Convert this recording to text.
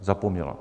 Zapomněla.